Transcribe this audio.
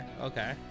okay